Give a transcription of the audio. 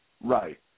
Right